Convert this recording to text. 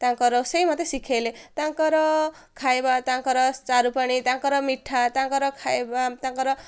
ତାଙ୍କର ସେଇ ମୋତେ ଶିଖେଇଲେ ତାଙ୍କର ଖାଇବା ତାଙ୍କର ଚାରୁପାଣି ତାଙ୍କର ମିଠା ତାଙ୍କର ଖାଇବା ତାଙ୍କର